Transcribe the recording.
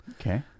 Okay